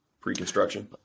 pre-construction